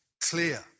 clear